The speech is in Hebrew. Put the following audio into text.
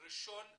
ראשון ושני.